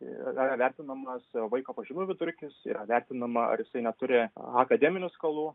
yra vertinamas vaiko pažymių vidurkis yra vertinama ar jisai neturi akademinių skolų